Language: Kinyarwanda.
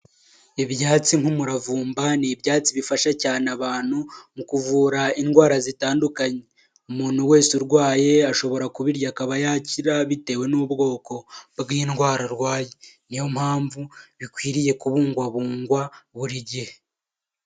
Ibyatsi nk'umuravumba ni ibyatsi bifasha cyane abantu, mu kuvura indwara zitandukanye, umuntu wese urwaye ashobora kubirya akaba yakira bitewe n'ubwoko bw'indwara arwaye, niyo mpamvu bikwiriye kubungwabungwa buri gihe.